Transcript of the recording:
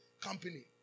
company